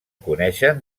coneixen